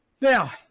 Now